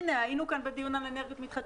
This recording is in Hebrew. למשל, בדיון על אנרגיות מתחדשות.